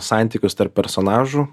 santykius tarp personažų